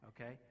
Okay